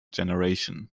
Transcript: generation